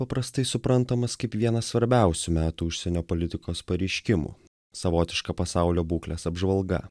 paprastai suprantamas kaip vienas svarbiausių metų užsienio politikos pareiškimų savotiška pasaulio būklės apžvalga